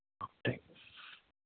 ठीक